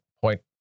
point